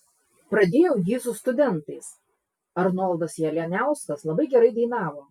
pradėjau jį su studentais arnoldas jalianiauskas labai gerai dainavo